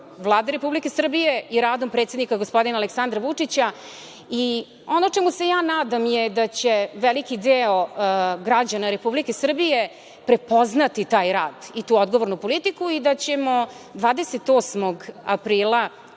Vlade Republike Srbije i radom predsednika, gospodina Aleksandra Vučića. I, ono čemu se ja nadam je da će veliki deo građana Republike Srbije prepoznati taj rad i tu odgovornu politiku i da ćemo 26. aprila